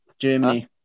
Germany